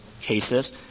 cases